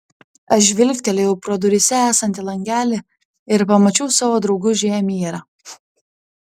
aš žvilgtelėjau pro duryse esantį langelį ir pamačiau savo draugužį emyrą